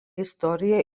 istorija